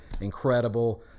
incredible